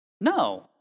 No